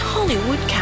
Hollywood